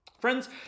Friends